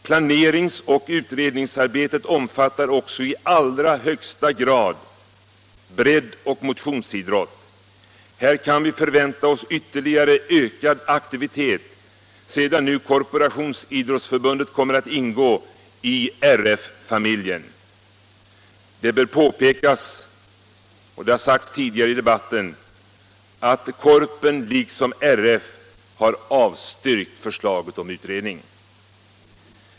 Planeringsoch utredningsarbetet omfattar också i allra högsta grad breddoch motionsidrott. Här kan vi förvänta oss ytterligare ökad aktivitet sedan nu Korporationsidrottsförbundet kommer att ingå i ”RF familjen”. Det bör påpekas — och det har sagts tidigare i debatten — att Korpen liksom RF har avstyrkt förslaget om utredning. 4.